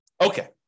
Okay